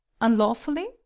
Unlawfully